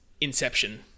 Inception